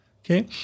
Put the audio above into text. okay